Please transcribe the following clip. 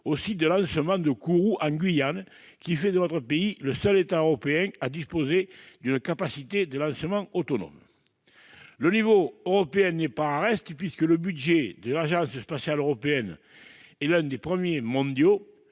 au site de lancement de Kourou, en Guyane, qui fait de notre pays le seul État européen à disposer d'une capacité de lancement autonome. Le niveau européen n'est pas en reste, puisque le budget de l'Agence spatiale européenne est l'un des premiers au